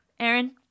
Aaron